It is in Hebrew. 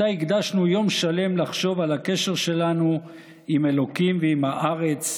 מתי הקדשנו יום שלם לחשוב על הקשר שלנו עם אלוקים ועם הארץ?